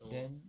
then